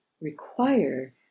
require